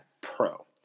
pro